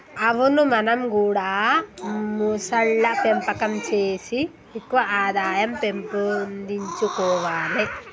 అవును మనం గూడా మొసళ్ల పెంపకం సేసి ఎక్కువ ఆదాయం పెంపొందించుకొవాలే